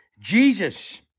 Jesus